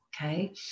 Okay